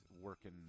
working